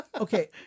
Okay